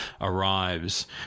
arrives